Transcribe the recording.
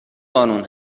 قانون